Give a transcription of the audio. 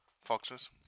foxes